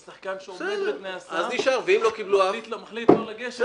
אני מדבר על שחקן שעומד בתנאי הסף ומחליט לא לגשת מכל מיני סיבות.